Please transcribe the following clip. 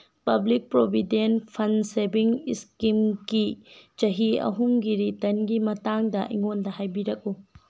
public provident fund saving ꯏꯁꯀꯤꯝꯒꯤ ꯆꯍꯤ ꯑꯍꯨꯝꯒꯤ ꯔꯤꯇꯔꯟꯒꯤ ꯃꯇꯥꯡꯗ ꯑꯩꯉꯣꯟꯗ ꯍꯥꯏꯕꯤꯔꯛꯎ